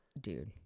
dude